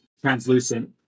translucent